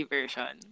Version